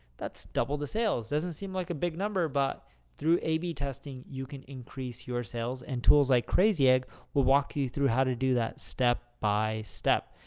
that's double the sales, doesn't seem like a big number, but through a b testing you can increase your sales. and tools like crazy egg will walk you you through how to do that step-by-step.